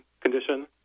condition